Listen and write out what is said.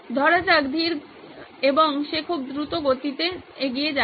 ধরা যাক ধীর এবং সে খুব দ্রুত এগিয়ে যাচ্ছে